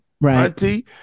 Right